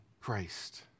Christ